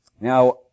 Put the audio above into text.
Now